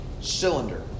Cylinder